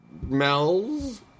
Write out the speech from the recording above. Mel's